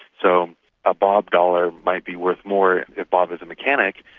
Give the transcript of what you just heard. so a bob dollar, might be worth more if bob is a mechanic,